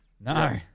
No